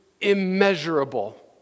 immeasurable